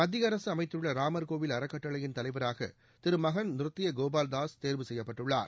மத்திய அரசு அமைத்துள்ள ராமர் கோவில் அறக்கட்டளையின் தலைவராக திரு மகந்த் நிருத்ய கோபால்தாஸ் தேர்வு செய்யப்பட்டுள்ளார்